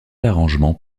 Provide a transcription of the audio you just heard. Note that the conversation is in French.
arrangement